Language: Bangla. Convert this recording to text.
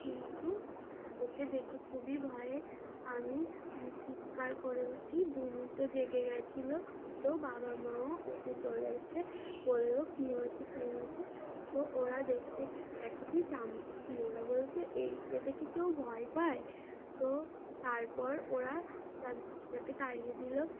কিন্তু ওকে দেখে খুবই ভয়ে আমি চিৎকার করে উঠি ভুনু তো জেগে গেছিল তো বাবা মাও উঠে চলে এসে বললো কী হয়েছে কী হয়েছে তো ওরা দেখে দেখে কি চামচিকি ওরা বলছে এইকে দেখে কেউ ভয় পায় তো তারপর ওরা চামচিকিটাকে তাড়িয়ে দিলো